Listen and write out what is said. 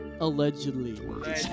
Allegedly